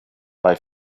bei